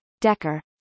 Decker